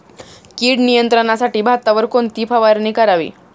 कीड नियंत्रणासाठी भातावर कोणती फवारणी करावी?